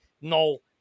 No